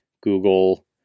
Google